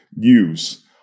use